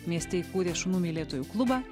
mieste įkūrė šunų mylėtojų klubą